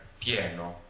pieno